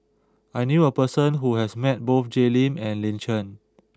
I knew a person who has met both Jay Lim and Lin Chen